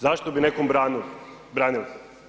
Zašto bi nekom branili?